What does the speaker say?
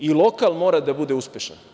I lokal mora da bude uspešan.